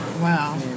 Wow